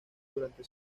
durante